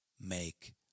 make